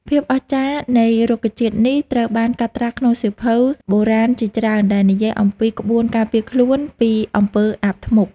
ភាពអស្ចារ្យនៃរុក្ខជាតិនេះត្រូវបានកត់ត្រាក្នុងសៀវភៅបុរាណជាច្រើនដែលនិយាយអំពីក្បួនការពារខ្លួនពីអំពើអាបធ្មប់។